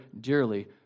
dearly